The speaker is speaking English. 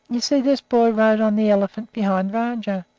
you see, this boy rode on the elephant, behind rajah,